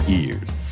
ears